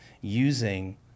using